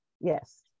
Yes